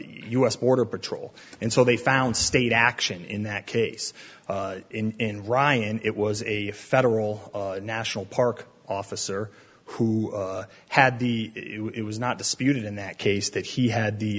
us border patrol and so they found state action in that case in ryan it was a federal national park officer who had the it was not disputed in that case that he had the